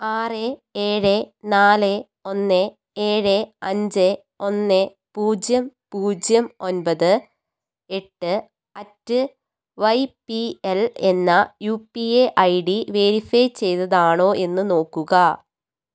ആറ് ഏഴ് നാല് ഒന്ന് ഏഴ് അഞ്ച് ഒന്ന് പൂജ്യം പൂജ്യം ഒമ്പത് എട്ട് അറ്റ് വൈ പി എൽ എന്ന U P I I D verify ചെയ്തതാണോ എന്ന് നോക്കുക